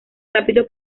rápido